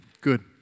Good